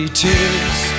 tears